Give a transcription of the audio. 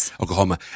Oklahoma